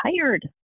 tired